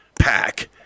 pack